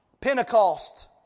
Pentecost